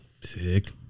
Sick